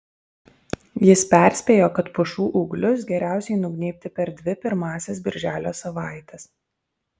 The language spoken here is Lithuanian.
jis perspėjo kad pušų ūglius geriausiai nugnybti per dvi pirmąsias birželio savaites